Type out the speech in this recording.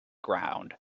ground